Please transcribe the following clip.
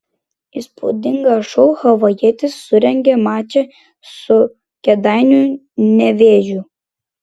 įspūdingą šou havajietis surengė mače su kėdainių nevėžiu